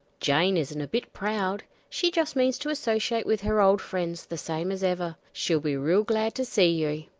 jane isn't a bit proud. she just means to associate with her old friends the same as ever. she'll be real glad to see you.